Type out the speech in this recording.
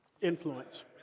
influence